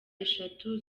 eshatu